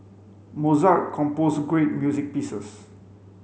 Mozart composed great music pieces